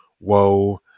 whoa